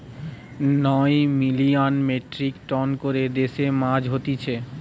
নয় million metric tonne করে দেশে মাছ হতিছে